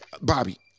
Bobby